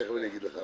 תיכף אני אגיד לך.